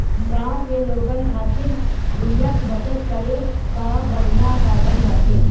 गांव के लोगन खातिर गुल्लक बचत करे कअ बढ़िया साधन बाटे